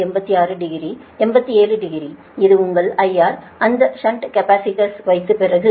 86 degree 87 degree இது உங்கள் IR அந்த ஷன்ட் கேபஸிடர்ஸ் வைத்த பிறகு